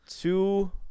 Two